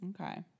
Okay